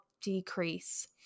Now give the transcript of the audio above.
decrease